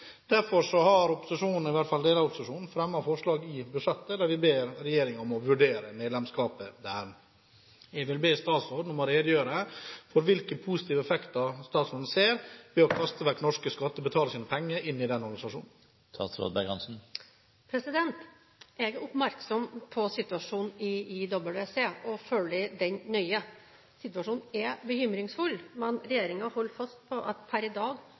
har opposisjonen – i hvert fall deler av den – fremmet et forslag der vi ber regjeringen vurdere medlemskapet der. Jeg vil be statsråden om å redegjøre for hvilke positive effekter hun ser ved å kaste vekk norske skattebetalere sine penger inn i den organisasjonen. Jeg er oppmerksom på situasjonen i IWC og følger den nøye. Situasjonen er bekymringsfull, men regjeringen holder fast på at det per i dag